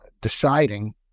deciding